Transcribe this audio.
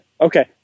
Okay